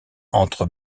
entre